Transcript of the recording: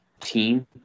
team